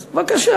אז בבקשה,